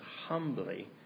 humbly